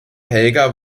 helga